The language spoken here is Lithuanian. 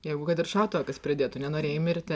jeigu kad ir šautuvą kas pridėtų nenorėjai mirti